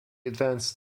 advanced